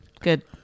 Good